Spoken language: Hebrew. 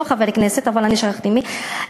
לא חבר כנסת אבל אני שכחתי מי,